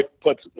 puts